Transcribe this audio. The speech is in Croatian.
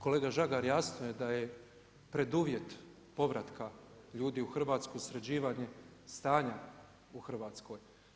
Kolega Žagar jasno je da je preduvjet povratka ljudi u Hrvatsku sređivanje stanje u Hrvatskoj.